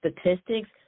statistics